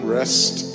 rest